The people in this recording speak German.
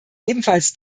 ebenfalls